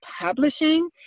publishing